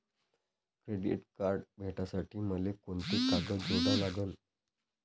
Credit card भेटासाठी मले कोंते कागद जोडा लागन?